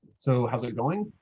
so how's it going,